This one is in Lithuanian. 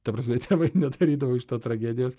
ta prasme tėvai nedarydavo iš to tragedijos